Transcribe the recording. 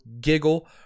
giggle